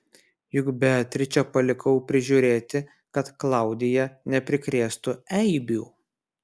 juk beatričę palikau prižiūrėti kad klaudija neprikrėstų eibių